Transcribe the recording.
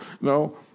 no